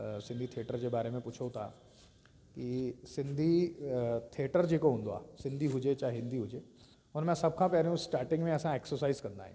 Sindhi theatre जे बारे में पुछो था की सिंधी थिएटर जेको हूंदो आहे सिंधी हुजे चाहे हिंदी हुजे उनमां सभ खां पहिरियों स्टार्टिंग में असां एक्सरसाइज़ कंदा आहियूं